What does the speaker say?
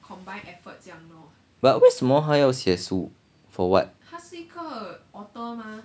but 为什么他要写书 for what